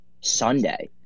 Sunday